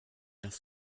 das